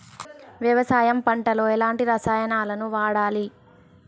వ్యవసాయం పంట లో ఎలాంటి రసాయనాలను వాడాలి?